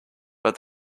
but